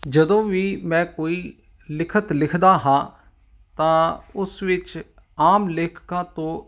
ਜਦੋਂ ਵੀ ਮੈਂ ਕੋਈ ਲਿਖਤ ਲਿਖਦਾ ਹਾਂ ਤਾਂ ਉਸ ਵਿੱਚ ਆਮ ਲੇਖਕਾਂ ਤੋਂ